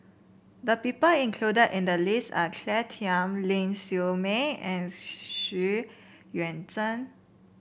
the people included in the list are Claire Tham Ling Siew May and Xu Yuan Zhen